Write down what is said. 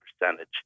percentage